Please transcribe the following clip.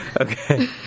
Okay